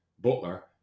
Butler